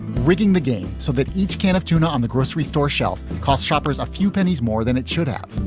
rigging the game so that each can of tuna on the grocery store shelf and cost shoppers a few pennies more than it should have.